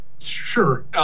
Sure